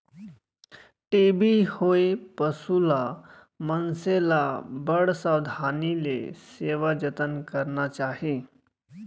TB होए पसु ल, मनसे ल बड़ सावधानी ले सेवा जतन करना चाही